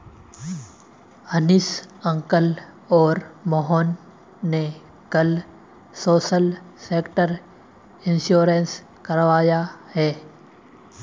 Hanish uncle और मोहन ने कल सोशल सेक्टर इंश्योरेंस करवाया है